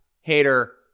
Hater